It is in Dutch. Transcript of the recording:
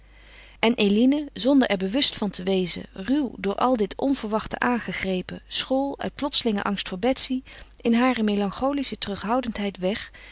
en eline zonder er bewust van te wezen ruw door al dit onverwachte aangegrepen school uit plotselingen angst voor betsy in hare melancholische terughoudendheid weg